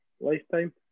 lifetime